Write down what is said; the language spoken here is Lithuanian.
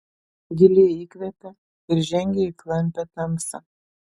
giliai įkvepia ir žengia į klampią tamsą